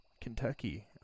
Kentucky